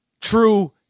true